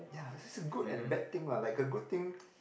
ya it's just a good and bad thing lah like a good thing